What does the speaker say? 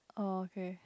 oh okay